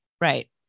Right